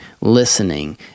listening